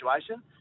situation